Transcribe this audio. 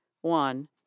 One